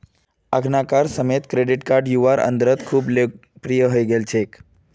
अखनाकार समयेत credit card युवार अंदरत खूब लोकप्रिये हई गेल छेक